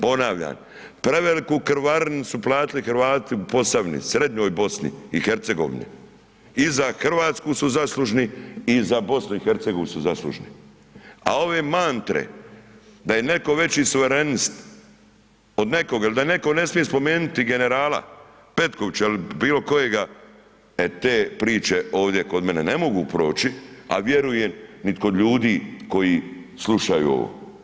Ponavljam, preveliku krvarinu su platiti Hrvati u Posavini, Srednjoj Bosni i Hercegovini i za Hrvatsku su zaslužni i za BiH su zaslužni, a ove mantre da je netko veći suverenist od nekoga ili da netko ne smije spomenuti generala Petkovića ili bilo kojega, e te priče ovdje kod mene ne mogu proći, a vjerujem nit kod ljudi koji slušaju ovo.